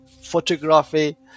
photography